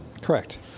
Correct